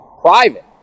private